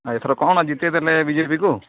ଏଥର କ'ଣ ଜିତାଇଦେଲେ ବିଜେପିକୁ